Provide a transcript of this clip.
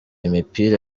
imipira